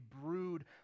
brood